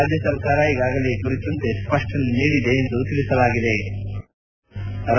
ರಾಜ್ಯ ಸರ್ಕಾರ ಈಗಾಗಲೇ ಈ ಕುರಿತಂತೆ ಸ್ಪಷ್ಟನೆ ನೀಡಿದೆ ಎಂದರು